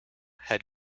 had